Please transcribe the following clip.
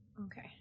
Okay